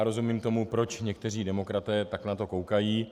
Rozumím tomu, proč někteří demokraté na to tak koukají.